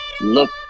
look